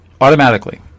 automatically